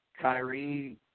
Kyrie